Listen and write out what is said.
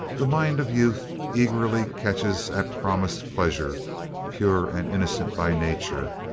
the mind of youth eagerly catches at promised pleasure pure and innocent by nature,